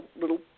little